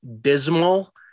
dismal